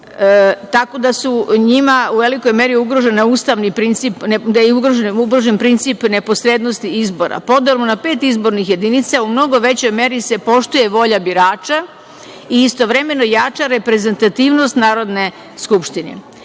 tako da su njima u velikoj meri gde je ugrožen ustavni princip neposrednosti izbora. Podelu na pet izbornih jedinici u mnogo većoj meri se poštuje volja birača i istovremeno jača reprezentativnost Narodne skupštine. Uvođenjem